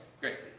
great